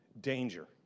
danger